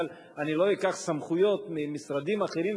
אבל אני לא אקח סמכויות ממשרדים אחרים,